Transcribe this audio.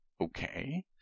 okay